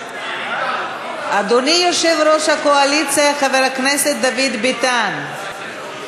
אדוני יושב-ראש הקואליציה חבר הכנסת דוד ביטן.